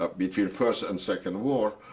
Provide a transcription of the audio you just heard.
ah between first and second war,